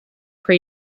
from